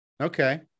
okay